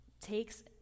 takes